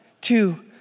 two